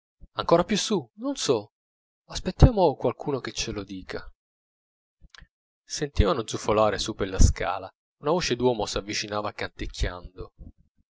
ancora più su non so aspettiamo qualcuno che ce lo dica sentivano zufolare su per la scala una voce d'uomo s'avvicinava canticchiando